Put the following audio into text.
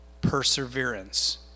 perseverance